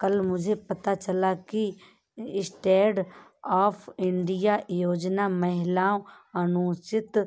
कल मुझे पता चला कि स्टैंडअप इंडिया योजना महिलाओं, अनुसूचित